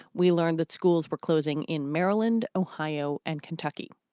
we learned that schools were closing in maryland, ohio and kentucky.